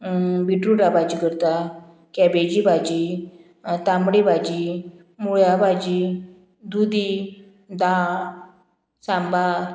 बिटरूटा भाजी करता कॅबेजी भाजी तांबडी भाजी मुळ्या भाजी दुदी दाळ सांबार